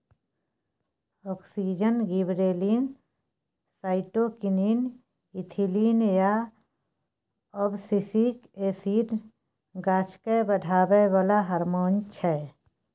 auxin, gibberellin, cytokinin, ethylene आ abscisic acid गाछकेँ बढ़ाबै बला हारमोन छै